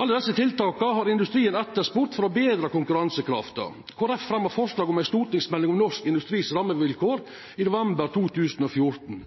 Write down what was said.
Alle desse tiltaka har industrien etterspurt for å betra konkurransekrafta. Kristeleg Folkeparti fremja forslag om ei stortingsmelding om rammevilkåra til norsk industri i